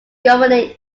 governing